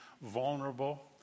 vulnerable